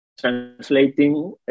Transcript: translating